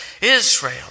Israel